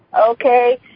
Okay